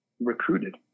recruited